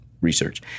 research